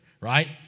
right